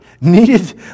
needed